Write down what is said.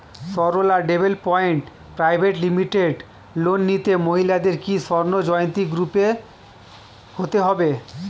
Sarala development private limited loan নিতে মহিলাদের কি স্বর্ণ জয়ন্তী গ্রুপে হতে হবে?